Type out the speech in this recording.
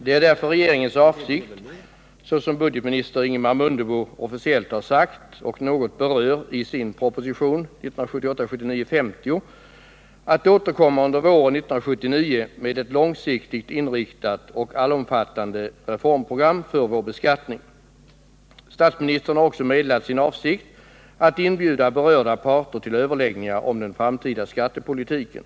Det är därför regeringens avsikt — såsom budgetminister Ingemar Mundebo officiellt har sagt och som han något berör i sin proposition 1978/79:50 — att återkomma under våren 1979 med ett långsiktigt inriktat och allomfattande reformprogram för vår beskattning. Statsministern har också meddelat sin avsikt att inbjuda berörda parter till överläggningar om den framtida skattepolitiken.